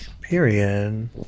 period